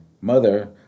mother